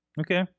Okay